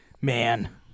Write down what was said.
man